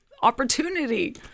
opportunity